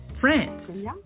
France